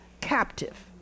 captive